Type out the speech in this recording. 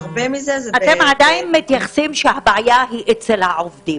אתם עדיין מתייחסים שהבעיה היא אצל העובדים.